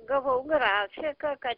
gavau grafiką kad